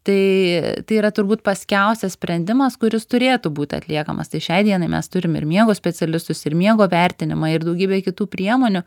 tai tai yra turbūt paskiausias sprendimas kuris turėtų būti atliekamas tai šiai dienai mes turim ir miego specialistus ir miego vertinimą ir daugybę kitų priemonių